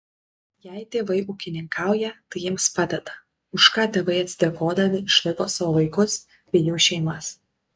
jei tėvai ūkininkauja tai jiems padeda už ką tėvai atsidėkodami išlaiko savo vaikus bei jų šeimas